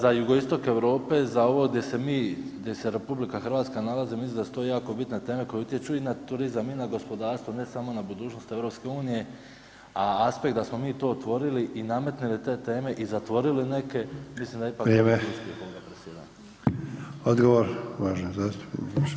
za jugoistok Europe, za ovo gdje se mi, gdje se RH nalazi, mislim da su to jako bitne teme koje utječu i na turizam i na gospodarstvo, ne samo na budućnost EU, a aspekt da smo mi to otvorili i nametnuli te teme i zatvorili neke, mislim da je ipak [[Upadica: Vrijeme.]] veliki uspjeh ovoga predsjedanja.